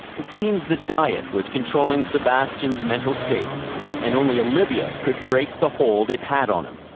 it seems the diet was controlling sebastian's mental state and only olivia could break the hold it had on him.